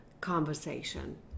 conversation